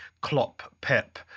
Klopp-Pep